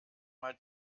mal